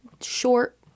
short